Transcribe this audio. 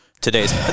Today's